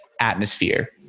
atmosphere